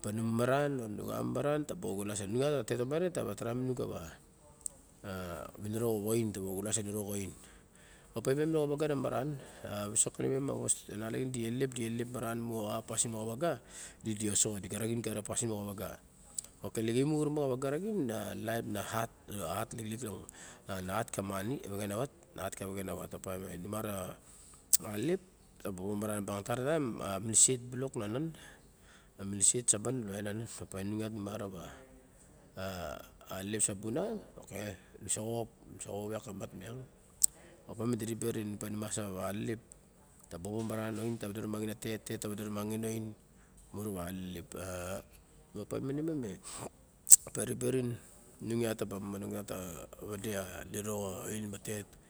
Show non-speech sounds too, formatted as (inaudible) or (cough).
Opa numamaran o nu ka mamaran nung iat a tot tomare ta ba vovora ain ta wa oxulas a niro xa ain. Okay ime no xa waga na maran. A visok ma nalagin di elelep maran mu a pasin mo xa waga. Ok lekimu kurumaxa wa ga xin a laip na hat na hat lixilik ka moni ka vexena wat. Opa nu mara a lelep ta ba bobo maran bang tara taim a miniset sa ban na nan nu ma ra alelep sa bu nan nu sa xop nu sa xop iak ka matmat. Opa madiribe orin nu mas alelep ta bobo maran origen oin ta vade a tet a tet ta vade rumaxin a oin mu ra wa alelep (hesitation) opa manima a (geko sound) ta ba riperim inung ita ta ba momonong yiak ka vade a niro ka oin ma tet.